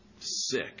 sick